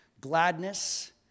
Gladness